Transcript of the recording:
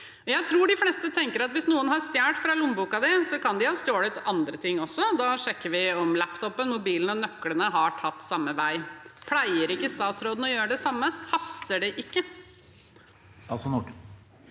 Jeg tror de fleste tenker at hvis noen har stjålet fra lommeboka di, så kan de ha stjålet andre ting også. Da sjekker vi om laptopen, bilen og nøklene har tatt samme vei. Pleier ikke statsråden å gjøre det samme? Haster det ikke?